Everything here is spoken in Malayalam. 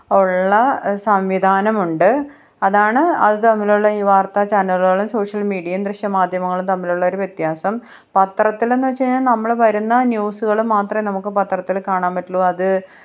ഉള്ള സംവിധാനമുണ്ട് അതാണ് അതു തമ്മിലുള്ള ഈ വാര്ത്താ ചാനലുകളും സോഷ്യല് മീഡിയയും ദൃശ്യമാധ്യമങ്ങളും തമ്മിലുള്ളൊരു വ്യത്യാസം പത്രത്തിലെന്നു വെച്ചുകഴിഞ്ഞാൽ നമ്മൾ വരുന്ന ന്യൂസുകൾ മാത്രമേ നമുക്ക് പത്രത്തിൽ കാണാൻ പറ്റുള്ളൂ അത്